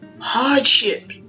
hardship